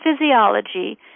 physiology